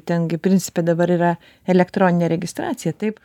ten gi principe dabar yra elektroninė registracija taip